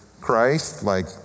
Christ-like